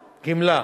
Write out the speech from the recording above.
הגמלה,